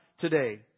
today